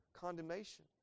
Condemnation